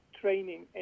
training